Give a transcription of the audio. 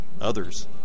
Others